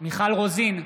מיכל רוזין,